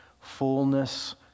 fullness